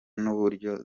n’uburyo